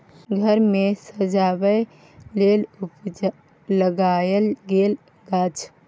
घर मे सजबै लेल लगाएल गेल गाछ